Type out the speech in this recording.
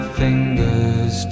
fingers